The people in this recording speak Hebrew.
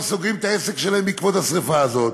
סוגרים את העסק שלהם בעקבות השרפה הזאת.